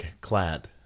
clad